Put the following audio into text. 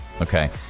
okay